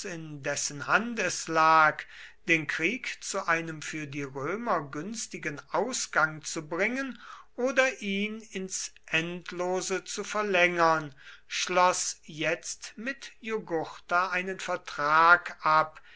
in dessen hand es lag den krieg zu einem für die römer günstigen ausgang zu bringen oder ihn ins endlose zu verlängern schloß jetzt mit jugurtha einen vertrag ab